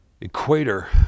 equator